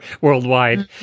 worldwide